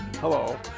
Hello